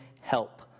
help